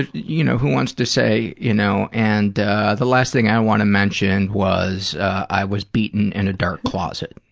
you know, who wants to say, you know, and the last thing i want to mention was i was beaten in a dark closet.